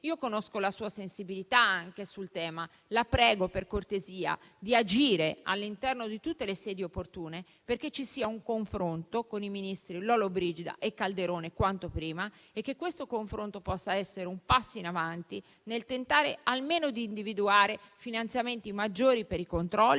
conosco la sua sensibilità sul tema. La prego per cortesia di agire all'interno di tutte le sedi opportune, perché ci sia un confronto con i ministri Lollobrigida e Calderone quanto prima e che questo confronto possa essere un passo in avanti nel tentare almeno di individuare finanziamenti maggiori per i controlli